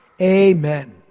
Amen